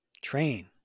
Train